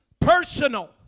personal